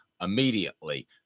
immediately